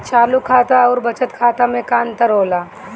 चालू खाता अउर बचत खाता मे का अंतर होला?